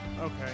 okay